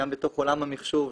גם בתוך עולם המחשוב,